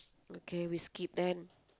okay we skip then